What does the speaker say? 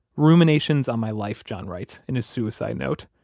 ruminations on my life, john writes, in his suicide note,